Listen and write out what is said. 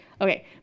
Okay